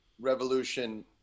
Revolution